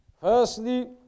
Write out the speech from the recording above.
Firstly